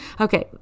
Okay